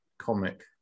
comic